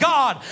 God